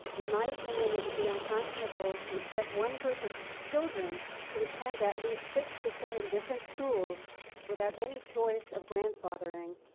in my opinion it would be unconscionable to expect one group of children to attend at least six to seven different schools without any choice of grandfathering.